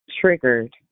triggered